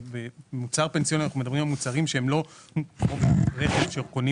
במוצר פנסיוני אנחנו מדברים על מוצרים שהם לא במקרה שקונים